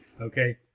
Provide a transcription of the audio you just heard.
Okay